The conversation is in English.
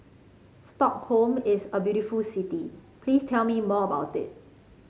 Stockholm is a very beautiful city please tell me more about it